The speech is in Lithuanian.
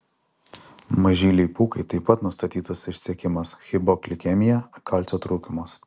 mažylei pūkai taip pat nustatytas išsekimas hipoglikemija kalcio trūkumas